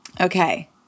Okay